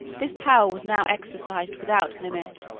this power was now exercised without limit.